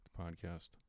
Podcast